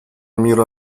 мира